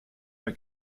der